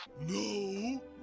No